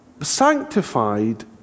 sanctified